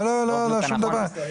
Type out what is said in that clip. לא לא, שום דבר.